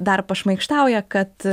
dar pašmaikštauja kad